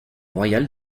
royal